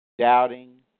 Doubting